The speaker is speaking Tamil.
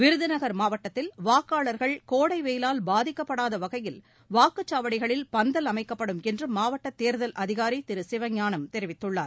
விருதுநகர் மாவட்டத்தில் வாக்காளர்கள் கோடை வெயிவால் பாதிக்கப்படாத வகையில் வாக்குச்சாவடிகளில் பந்தல் அமைக்கப்படும் என்று மாவட்ட தேர்தல் அதிகாரி திரு சிவஞானம் தெரிவித்தள்ளார்